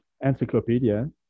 encyclopedia